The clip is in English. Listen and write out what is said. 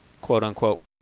quote-unquote